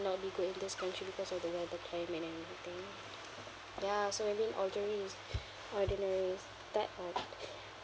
not be good in this country because of the weather climate and anything ya so I think ordinary is ordinary's that might